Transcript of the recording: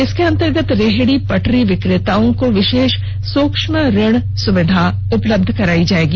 इसके अंतर्गत रेहड़ी पटरी विक्रेताओं को विशेष सूक्ष्म ऋण सुविधा उपलब्ध कराई जाएगी